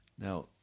Now